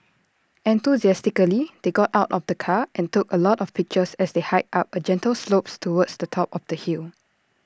enthusiastically they got out of the car and took A lot of pictures as they hiked up A gentle slope towards the top of the hill